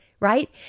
right